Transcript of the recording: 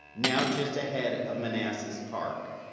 now just ahead of manassas park.